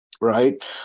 right